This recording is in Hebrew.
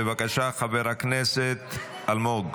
בבקשה, חבר הכנסת אלמוג.